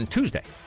Tuesday